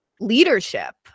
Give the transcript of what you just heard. leadership